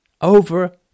over